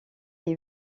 les